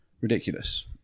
ridiculous